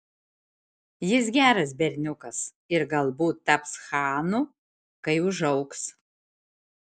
jis geras berniukas ir galbūt taps chanu kai užaugs